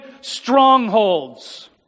strongholds